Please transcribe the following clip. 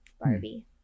Barbie